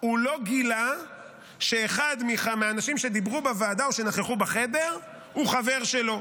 הוא לא גילה שאחד מהאנשים שדיברו בוועדה או נכחו בחדר הוא חבר שלו,